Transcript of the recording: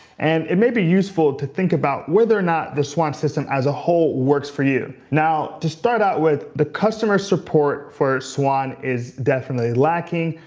and it may be useful to think about whether or not the swann system as a whole works for you. now, to start out with, the customer support for swann is definitely lacking.